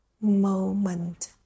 moment